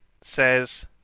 says